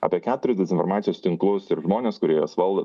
apie keturis dezinformacijos tinklus ir žmones kurie juos valdo